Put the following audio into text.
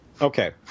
Okay